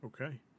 Okay